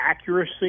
accuracy